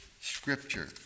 scripture